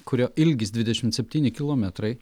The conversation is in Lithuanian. kurio ilgis dvidešim septyni kilometrai